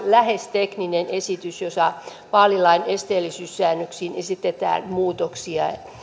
lähes tekninen esitys jossa vaalilain esteellisyyssäännöksiin esitetään muutoksia